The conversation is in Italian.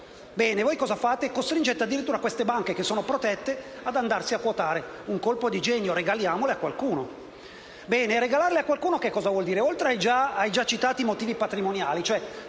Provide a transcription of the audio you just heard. Bene, voi cosa fate? Costringete addirittura queste banche, che sono protette, ad andarsi a quotare. Un colpo di genio: regaliamole a qualcuno. Bene, regalarle a qualcuno cosa vuol dire? Oltre ai già citati motivi patrimoniali